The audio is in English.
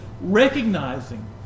Recognizing